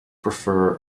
prefer